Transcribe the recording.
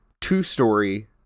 two-story